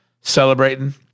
Celebrating